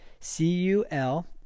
C-U-L